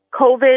COVID